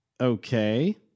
Okay